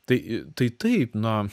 tai tai taip na